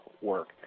work